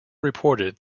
reported